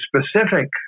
specific